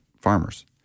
farmers